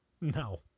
No